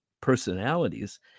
personalities